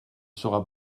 sera